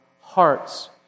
hearts